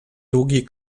długi